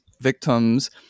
victims